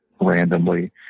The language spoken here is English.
randomly